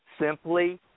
Simply